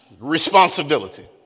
Responsibility